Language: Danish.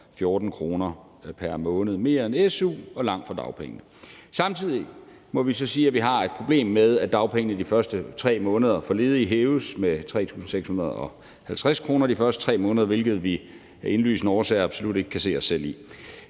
9.514 kr. pr. måned – mere end su og langt fra dagpengene. Samtidig må vi så sige, at vi har et problem med, at dagpengene de første 3 måneder for ledige hæves med 3.650 kr., hvilket vi af indlysende årsager absolut ikke kan se os selv i.